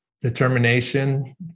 determination